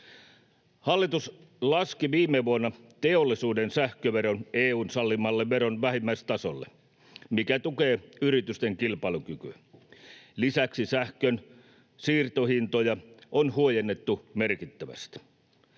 Hallitus laski viime vuonna teollisuuden sähköveron EU:n sallimalle veron vähimmäistasolle, mikä tukee yritysten kilpailukykyä. Lisäksi sähkön siirtohintoja on huojennettu merkittävästi.